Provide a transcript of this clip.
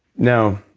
now,